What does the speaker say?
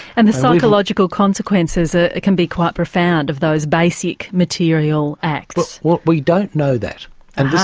and the psychological consequences ah can be quite profound, of those basic material acts. we don't know that and. aha,